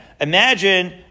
imagine